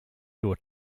your